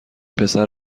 پسر